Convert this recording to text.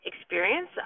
experience